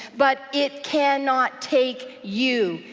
but it cannot take you.